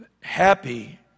Happy